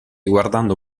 guardando